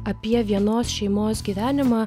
apie vienos šeimos gyvenimą